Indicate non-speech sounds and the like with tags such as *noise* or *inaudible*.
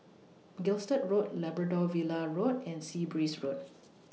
Gilstead Road Labrador Villa Road and Sea Breeze Road *noise*